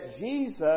Jesus